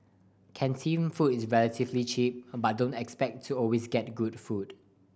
canteen food is relatively cheap but don't expect to always get good food